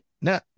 no